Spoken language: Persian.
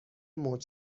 موج